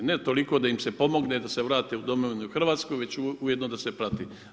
Ne toliko da im se pomogne da se vrate u domovinu hrvatsku već ujedno da se prati.